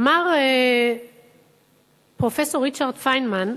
אמר פרופסור ריצ'רד פיינמן,